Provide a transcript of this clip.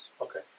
Okay